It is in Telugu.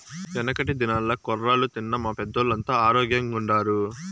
యెనకటి దినాల్ల కొర్రలు తిన్న మా పెద్దోల్లంతా ఆరోగ్గెంగుండారు